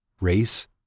race